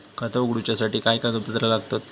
खाता उगडूच्यासाठी काय कागदपत्रा लागतत?